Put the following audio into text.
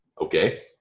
Okay